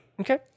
Okay